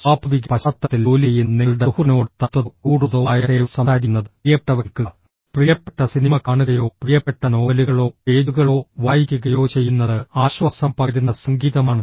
സ്വാഭാവിക പശ്ചാത്തലത്തിൽ ജോലി ചെയ്യുന്ന നിങ്ങളുടെ സുഹൃത്തിനോട് തണുത്തതോ ചൂടുള്ളതോ ആയ ഷേവർ സംസാരിക്കുന്നത് പ്രിയപ്പെട്ടവ കേൾക്കുക പ്രിയപ്പെട്ട സിനിമ കാണുകയോ പ്രിയപ്പെട്ട നോവലുകളോ പേജുകളോ വായിക്കുകയോ ചെയ്യുന്നത് ആശ്വാസം പകരുന്ന സംഗീതമാണ്